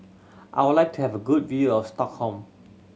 I would like to have a good view of Stockholm